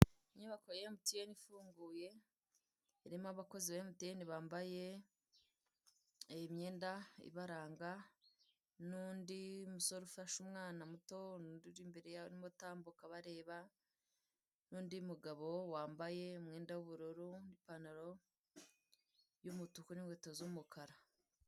Inyubako ya emutiyeni ifunguye irimo abakozi ba emutiyeni bambaye imyenda ibaranga, nundi musore ufashe umwana muto, nundi uri imbere yabo urimo utambuka bareba, nundi mugabo wambaye umwenda w'ubururu n'ipantaro y'umutuku n'inkweto z'umukara,